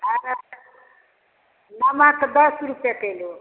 नमक नमक दश रूपे किलो